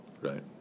Right